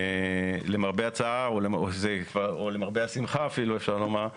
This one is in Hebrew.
למרבה הצער או למרבה השמחה אפילו אפשר לומר,